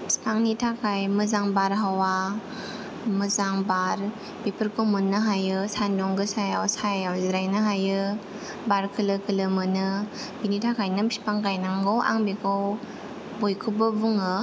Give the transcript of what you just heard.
बिफांनि थाखाय मोजां बारहावा मोजां बार बेफोरखौ मोननो हायो सान्दुं गोसायाव सायायाव जिरायनो हायो बार खोलो खोलो मोनो बेनि थाखायनो बिफां गायनांगौ आं बेखौ बयखौबो बुङो